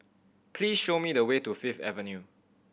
please show me the way to Fifth Avenue